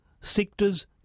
sectors